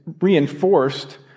reinforced